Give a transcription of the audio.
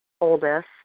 oldest